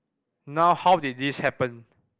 now how did this happen